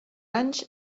anys